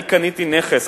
אני קניתי נכס,